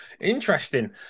Interesting